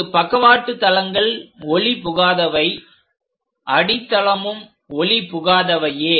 இங்கு பக்கவாட்டு தளங்கள் ஒளிபுகாதவை அடித்தளமும் ஒளிபுகாதவையே